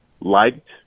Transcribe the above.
liked